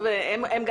הם מקופחים.